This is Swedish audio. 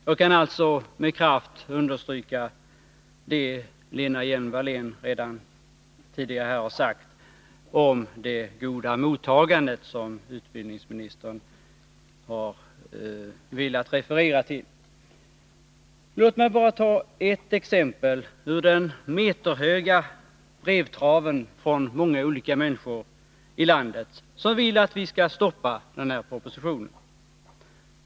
Jag kan alltså med kraft understryka det Lena Hjelm-Wallén redan tidigare har sagt om det goda mottagandet som utbildningsministern var villig att referera till. Låt mig ta bara ett exempel ur den meterhöga brevtraven från många olika människor i landet som vill att vi skall stoppa den här propositionen.